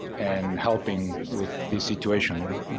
and helping with the situation, you know?